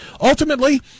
Ultimately